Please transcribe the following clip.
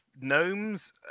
gnomes